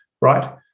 right